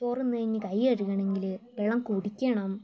ചോറ് തിന്ന് കഴിഞ്ഞ് കൈ കഴുകണമെങ്കിൽ വെള്ളം കുടിക്കണം